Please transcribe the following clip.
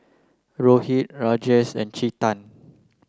Rohit Rajesh and Chetan